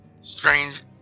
strange